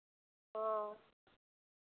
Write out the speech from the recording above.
ᱦᱚᱸ